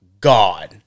god